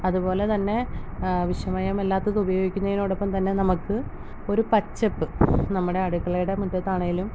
അതുപോലെ തന്നെ വിഷമയമില്ലാത്തത് ഉപയോഗിക്കുന്നതിനോട് ഒപ്പം തന്നെ നമ്മൾക്ക് ഒരു പച്ചപ്പ് നമ്മുടെ അടുക്കളയുടെ മുറ്റത്താണേലും